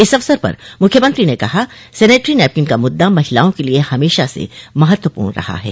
इस अवसर पर मुख्यमंत्री ने कहा सेनिटरी नैपकिन का मुद्दा महिलाओं के लिए हमेशा से महत्वपूर्ण रहा है